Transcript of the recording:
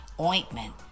ointment